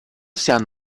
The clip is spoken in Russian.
всем